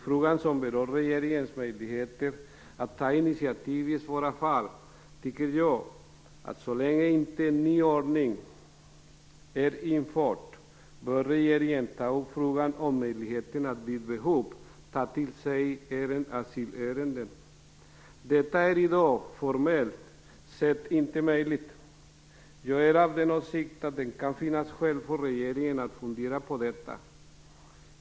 Jag tycker att så länge inte en ny ordning är införd bör regeringen ta upp frågan om möjligheten att vid behov ta till sig asylärenden. Detta är i dag formellt sett inte möjligt. Jag är av den åsikten att det kan finnas skäl för regeringen att fundera på detta.